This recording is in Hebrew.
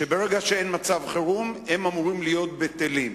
שברגע שאין מצב חירום הם אמורים להיות בטלים.